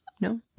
No